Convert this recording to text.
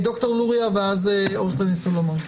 ד"ר לוריא, ואז עו"ד סלומון.